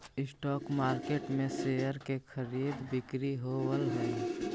stock market में share के खरीद बिक्री होवऽ हइ